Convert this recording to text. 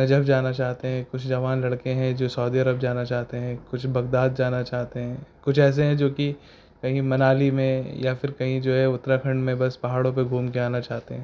نجب جانا چاہتے ہیں کچھ جوان لڑکے ہیں جو سعودی عرب جانا چاہتے ہیں کچھ بگداد جانا چاہتے ہیں کچھ ایسے ہیں جو کہ کہیں منالی میں یا پھر کہیں جو ہے اتراکھنڈ میں بس پہاڑوں پہ گھوم کے آنا چاہتے ہیں